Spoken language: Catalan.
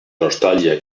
nostàlgia